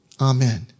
Amen